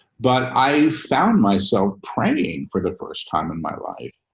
but i found myself praying for the first time in my life,